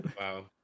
Wow